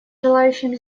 желающим